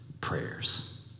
prayers